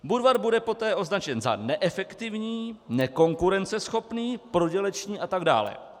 Budvar bude poté označen za neefektivní, nekonkurenceschopný, prodělečný atd.